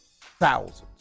thousands